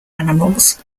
animals